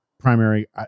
primary